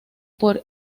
por